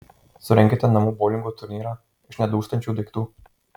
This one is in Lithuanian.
surenkite namų boulingo turnyrą iš nedūžtančių daiktų